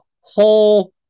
whole